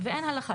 ואין הלכה.